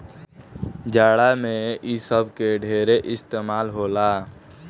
जाड़ा मे इ सब के ढेरे इस्तमाल होला